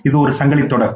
இது ஒரு சங்கிலி தொடர்